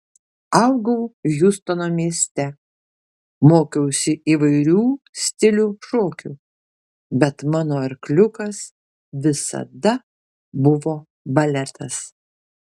augau hjustono mieste mokiausi įvairių stilių šokių bet mano arkliukas visada buvo baletas